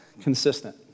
consistent